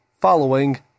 following